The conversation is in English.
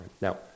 Now